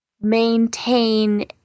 maintain